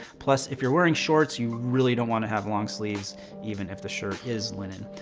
plus, if you're wearing shorts you really don't want to have long sleeves even if the shirt is linen.